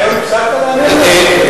והיום הפסקת להאמין לי?